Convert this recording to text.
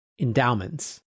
Endowments